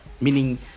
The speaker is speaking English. Meaning